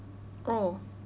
oh